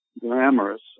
glamorous